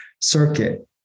circuit